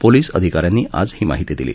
police अधिकाऱ्यांनी आज ही माहिती दिली